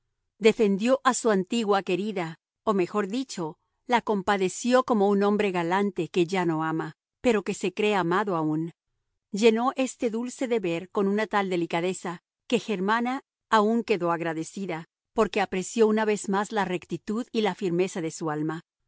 defendió a su antigua querida o mejor dicho la compadeció como un hombre galante que ya no ama pero que se cree amado aún llenó este dulce deber con una tal delicadeza que germana aun quedó agradecida porque apreció una vez más la rectitud y la firmeza de su alma